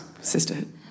sisterhood